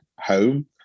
home